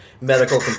medical